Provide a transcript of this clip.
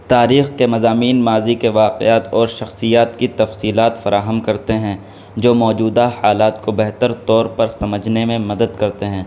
تاریخ کے مضامین ماضی کے واقعات اور شخصیات کی تفصیلات فراہم کرتے ہیں جو موجودہ حالات کو بہتر طور پر سمجھنے میں مدد کرتے ہیں